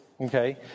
Okay